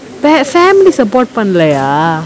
per family support பண்ணலையா:pannalaiyaa